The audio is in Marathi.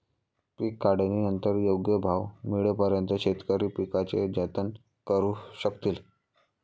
पीक काढणीनंतर योग्य भाव मिळेपर्यंत शेतकरी पिकाचे जतन करू शकतील